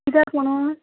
कित्याक म्हणून